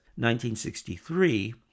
1963